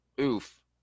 Oof